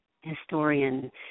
historian